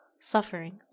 suffering